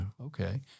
okay